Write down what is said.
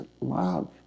love